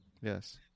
Yes